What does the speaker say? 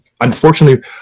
unfortunately